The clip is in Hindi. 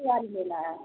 गाड़ी लेना है